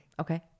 Okay